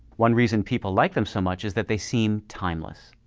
one reason people like them so much is that they seem timeless.